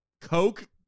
Coke